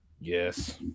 Yes